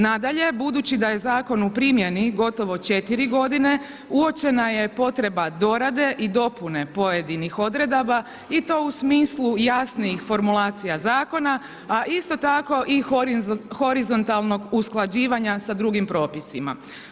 Nadalje, budući da je zakonu u primjeni gotovo 4 godine, uočena je potreba dorade i dopune pojedinih odredaba i to u smislu jasnijih formulacija zakona a isto tako i horizontalnog usklađivanja sa drugim propisima.